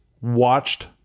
watched